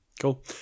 cool